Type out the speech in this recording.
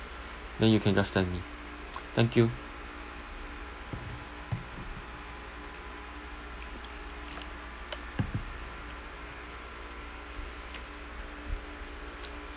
then you can just send me thank you